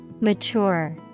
Mature